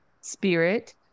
Spirit